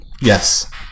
Yes